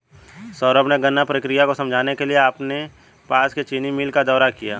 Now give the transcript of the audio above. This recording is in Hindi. सौरभ ने गन्ना प्रक्रिया को समझने के लिए अपने पास की चीनी मिल का दौरा किया